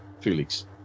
Felix